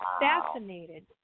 fascinated